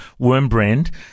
Wormbrand